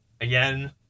again